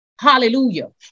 Hallelujah